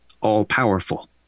all-powerful